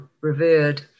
revered